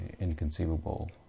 inconceivable